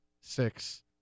six